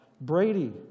Brady